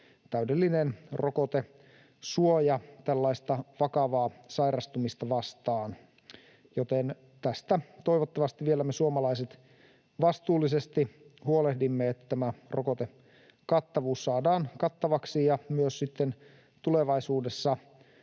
täydellinen rokotesuoja tällaista vakavaa sairastumista vastaan. Joten tästä toivottavasti me suomalaiset vastuullisesti vielä huolehdimme, että tämä rokotekattavuus saadaan kattavaksi ja myös tulevaisuudessa